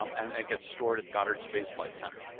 um and it gets stored at goddard space flight center.